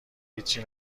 هیچی